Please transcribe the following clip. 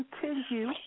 continue